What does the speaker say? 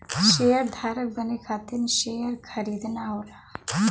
शेयरधारक बने खातिर शेयर खरीदना होला